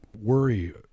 Worry